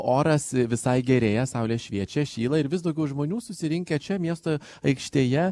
oras visai gerėja saulė šviečia šyla ir vis daugiau žmonių susirinkę čia miesto aikštėje